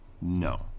No